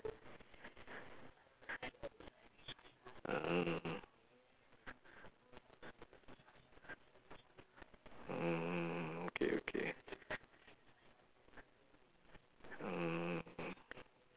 mm mm okay okay mm